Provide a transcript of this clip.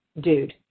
Dude